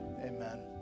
amen